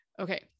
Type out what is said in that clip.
Okay